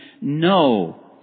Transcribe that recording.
no